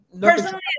personally